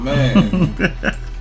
Man